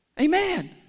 Amen